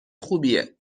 خوبیه